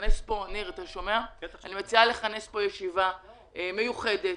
לכנס פה ישיבה מיוחדת,